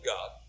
God